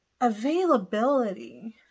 availability